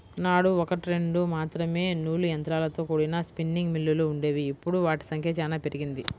నాడు ఒకట్రెండు మాత్రమే నూలు యంత్రాలతో కూడిన స్పిన్నింగ్ మిల్లులు వుండేవి, ఇప్పుడు వాటి సంఖ్య చానా పెరిగింది